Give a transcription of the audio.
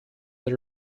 that